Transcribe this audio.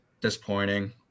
disappointing